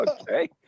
Okay